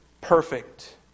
perfect